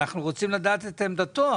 ואנחנו רוצים לדעת מה עמדתו.